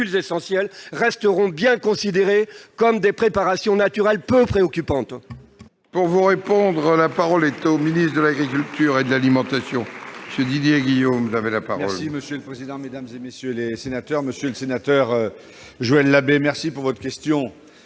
essentielles resteront bien considérées comme des préparations naturelles peu préoccupantes